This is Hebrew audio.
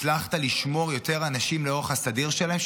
הצלחת לשמור יותר אנשים לאורך הסדיר שלהם,